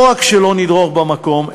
לא רק שלא נדרוך במקום,